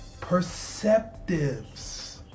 perceptives